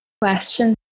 question